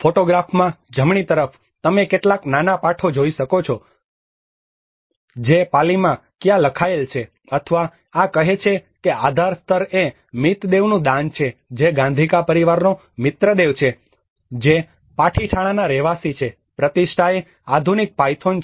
ફોટોગ્રાફમાં જમણી તરફ તમે કેટલાક નાના પાઠો જોઈ શકો છો જે પાલીમાં ક્યાં લખાયેલ છે અથવા આ કહે છે કે આધારસ્તર એ મિતદેવનું દાન છે જે ગાંધીકા પરિવારનો મિત્રદેવ છે જે પાઠિઠાણાના રહેવાસી છે પ્રતિષ્ઠા એ આધુનિક પાયથોન છે